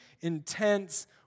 intense